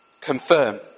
confirm